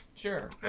Sure